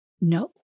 no